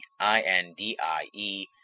I-N-D-I-E